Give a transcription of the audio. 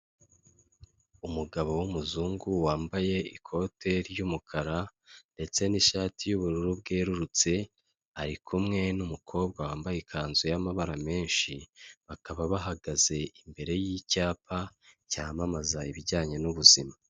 Umugabo w'umuzungu wambaye ikote ry'umukara ndetse n'ishati y'ubururu bwerurutse ari kumwe n'umukobwa wambaye ikanzu y'amabara menshi bakaba bahagaze imbere y'icyapa cyamamaza ibijyanye n'ubuzima.